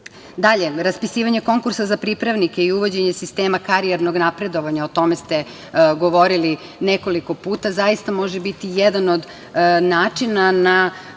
raspisivanje konkursa za pripravnike i uvođenje sistema karijernog napredovanja, o tome ste govorili nekoliko puta, zaista može biti jedan od načina na